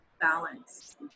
balance